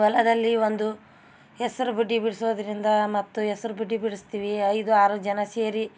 ಹೊಲದಲ್ಲಿ ಒಂದು ಹೆಸ್ರು ಬುಡ್ಡಿ ಬಿಡ್ಸೋದರಿಂದ ಮತ್ತು ಹೆಸ್ರ್ ಬುಡ್ಡಿ ಬಿಡ್ಸ್ತೀವಿ ಐದು ಆರು ಜನ ಸೇರಿ